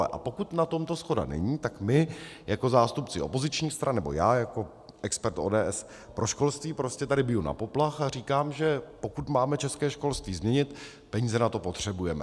A pokud na tomto shoda není, tak my jako zástupci opozičních stran, nebo já jako expert ODS pro školství prostě tady biju na poplach a říkám, že pokud máme české školství změnit, peníze na to potřebujeme.